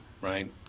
right